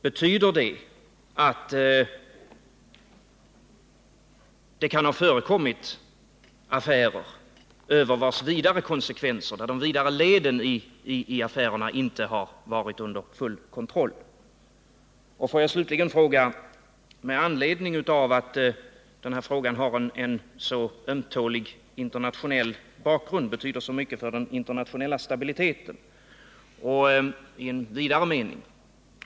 Betyder det att det kan ha förekommit affärer där de vidare konsekvenserna, de vidare leden i affärerna, inte varit under full kontroll? Denna fråga har en mycket ömtålig internationell bakgrund och betyder så mycket för den internationella stabiliteten i en vidare mening.